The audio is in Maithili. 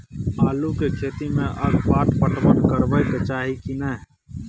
आलू के खेती में अगपाट पटवन करबैक चाही की नय?